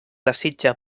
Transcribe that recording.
desitja